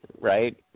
right